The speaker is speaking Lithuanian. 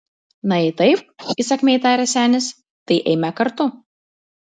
na jei taip įsakmiai tarė senis tai eime kartu